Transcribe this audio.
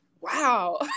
wow